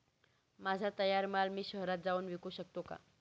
माझा तयार माल मी शहरात जाऊन विकू शकतो का?